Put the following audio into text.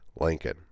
Lincoln